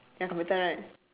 ya computer right